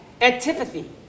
antipathy